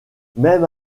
même